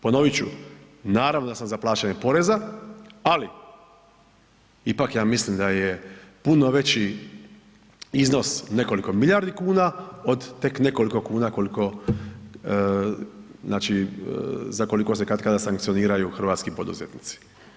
Ponovit ću, naravno da sam za plaćanje poreza, ali ipak ja mislim da je puno veći iznos nekoliko milijardi kuna od tek nekoliko kuna koliko znači, za koliko se katkada sankcioniraju hrvatski poduzetnici.